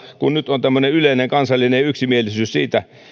kun nyt on tämmöinen yleinen kansallinen yksimielisyys siitä